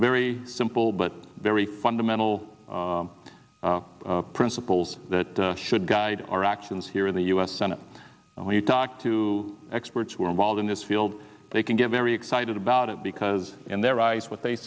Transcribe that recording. very simple but very fundamental principles that should guide our actions here in the u s senate and when you talk to experts who are involved in this field they can get very excited about it because in their eyes what they